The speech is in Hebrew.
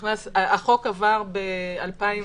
החוק עבר ב-2016,